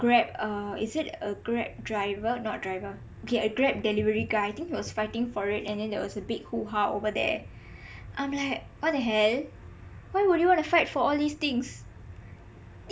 grab uh is it a grab driver not driver okay a grab delivery guy I think he was fighting for it and then there was a big hoo-ha over there I'm like what the hell why would you want to fight for all these things